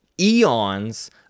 eons